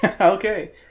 Okay